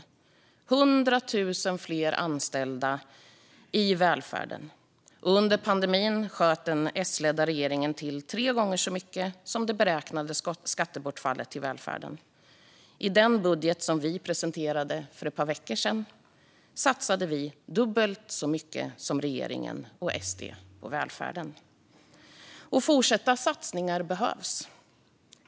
Det blev 100 000 fler anställda i välfärden. Under pandemin sköt den S-ledda regeringen till tre gånger så mycket som det beräknade skattebortfallet till välfärden. I den budget som vi presenterade för ett par veckor sedan satsade vi dubbelt så mycket som regeringen och SD på välfärden, och fortsatta satsningar behövs.